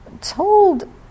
told